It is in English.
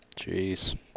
Jeez